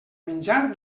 menjar